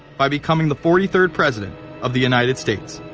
by becoming the forty third president of the united states.